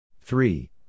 Three